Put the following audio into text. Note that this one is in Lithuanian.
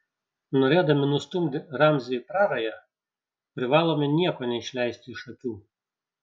norėdami nustumti ramzį į prarają privalome nieko neišleisti iš akių